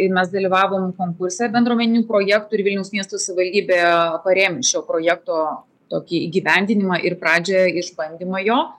ir mes dalyvavome konkurse bendruomeninių projektų ir vilniaus miesto savivaldybė parėmė šio projekto tokį įgyvendinimą ir pradžioje išbandymą jo